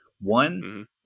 One